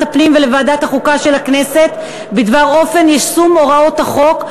הפנים ולוועדת החוקה של הכנסת בדבר אופן יישום הוראות החוק,